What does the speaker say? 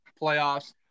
playoffs